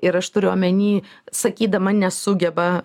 ir aš turiu omeny sakydama nesugeba